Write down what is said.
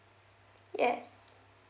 yes